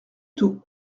tout